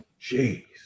Jeez